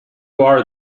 are